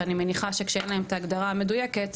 שאני מניחה שכשאין להם ההגדרה המדויקת,